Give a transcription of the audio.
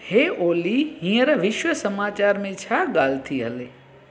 हे ओली हींअर विश्व समाचार में छा ॻाल्हि थी हले